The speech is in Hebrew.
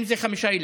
אם זה חמישה ילדים.